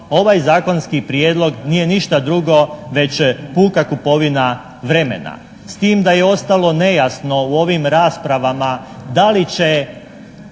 ovaj zakonski prijedlog nije ništa drugo već puka kupovina vremena s tim da je ostalo nejasno u ovim raspravama da li će